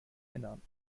innern